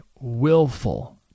willful